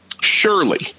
surely